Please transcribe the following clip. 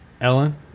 Ellen